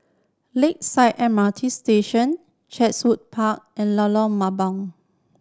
Lakeside M R T Station Chatsworth Park and Lorong Mambong